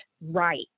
right